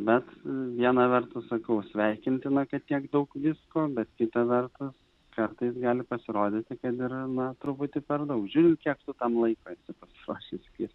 bet viena vertus sakau sveikintina kad tiek daug visko bet kita vertus kartais gali pasirodyti kad ir na truputį per daug žiūrint kiek tu tam laiko esi pasiruošęs skirti